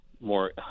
more